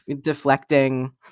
deflecting